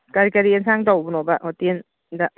ꯀꯔꯤ ꯀꯔꯤ ꯑꯦꯟꯁꯥꯡ ꯇꯧꯕꯅꯣꯕ ꯍꯣꯇꯦꯜꯗ